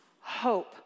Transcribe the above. hope